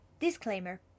Disclaimer